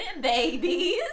babies